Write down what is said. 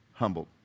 humbled